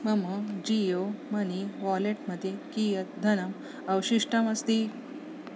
मम Jio money wallet मध्ये कीयत् धनम् अवशिष्टमस्ति